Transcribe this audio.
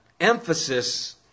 emphasis